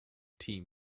team